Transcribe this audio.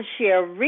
share